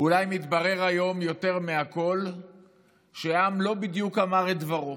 אולי מתברר היום יותר מכול שהעם לא בדיוק אמר את דברו,